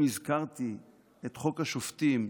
אם הזכרתי את חוק השופטים,